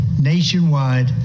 nationwide